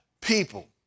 people